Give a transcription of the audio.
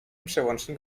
przełącznik